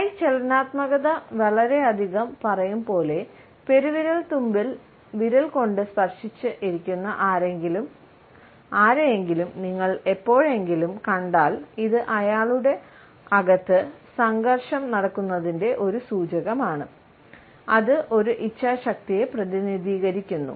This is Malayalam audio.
കൈ ചലനാത്മകത വളരെയധികം പറയും പോലെ പെരുവിരൽത്തുമ്പിൽ വിരൽ കൊണ്ട് സ്പർശിച്ച ഇരിക്കുന്ന ആരെയെങ്കിലും നിങ്ങൾ എപ്പോഴെങ്കിലും കണ്ടാൽ ഇത് അയാളുടെ അകത്ത് സംഘർഷം നടക്കുന്നതിന്റെ ഒരു സൂചകമാണ് അത് ഒരു ഇച്ഛാശക്തിയെ പ്രതിനിധീകരിക്കുന്നു